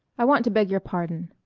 i want to beg your pardon.